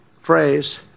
phrase